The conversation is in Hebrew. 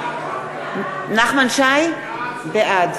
בעד